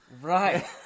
Right